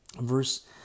verse